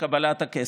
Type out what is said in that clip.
בקבלת הכסף.